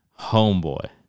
Homeboy